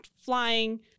flying